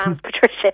Patricia